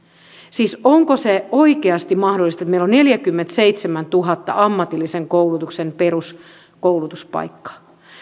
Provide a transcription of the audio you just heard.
siis onko se oikeasti mahdollista että meillä on neljänkymmenenseitsemäntuhannen ammatillisen koulutuksen peruskoulutuspaikkaa